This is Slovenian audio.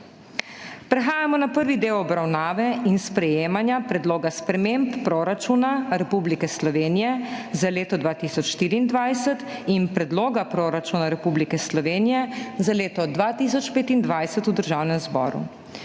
Prehajamo na **prvi del** obravnave in sprejemanja Predloga sprememb proračuna Republike Slovenije za leto 2024 in Predloga proračuna Republike Slovenije za leto 2025 v Državnem zboru.